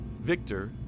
Victor